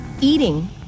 eating